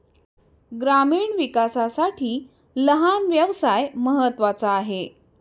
ग्रामीण विकासासाठी लहान व्यवसाय महत्त्वाचा आहे